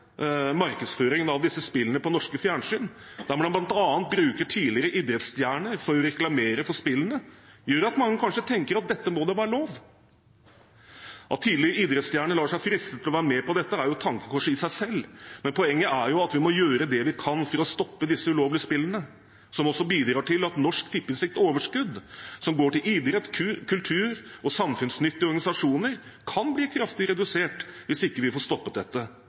markedsføringen av disse spillene på norske fjernsyn, der man bl.a. bruker tidligere idrettsstjerner for å reklamere for spillene, gjør at mange kanskje tenker at dette må da være lov. At tidligere idrettsstjerner lar seg friste til å være med på dette, er jo et tankekors i seg selv, men poenget er at vi må gjøre det vi kan for å stoppe disse ulovlige spillene, som også bidrar til at Norsk Tippings overskudd, som går til idrett, kultur og samfunnsnyttige organisasjoner, kan bli kraftig redusert hvis ikke vi får stoppet dette,